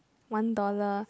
one dollar